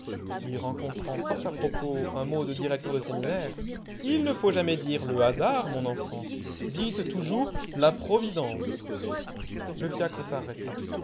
puis rencontrant fort à propos un mot de directeur de séminaire il ne faut jamais dire le hasard mon enfant dites toujours la providence le fiacre s'arrêta